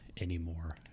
anymore